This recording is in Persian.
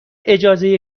اجازه